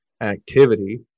activity